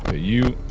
ah you